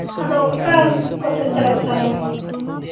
ᱟᱫᱚ ᱚᱠᱟ ᱠᱚᱥᱮᱡ ᱪᱟᱞᱟᱜ ᱥᱟᱱᱟᱭᱮᱜ ᱢᱮᱭᱟ